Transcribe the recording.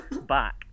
Back